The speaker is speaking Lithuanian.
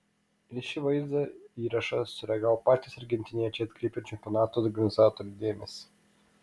į šį vaizdo įrašą sureagavo patys argentiniečiai atkreipę čempionato organizatorių dėmesį